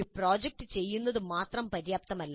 ഒരു പ്രോജക്റ്റ് ചെയ്യുന്നത് മാത്രം പര്യാപ്തമല്ല